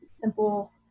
simple